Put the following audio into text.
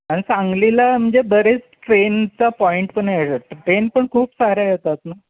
आणि सांगलीला म्हणजे बरेच ट्रेनचा पॉइंट पण हे ट्रेन पण खूप साऱ्या येतात ना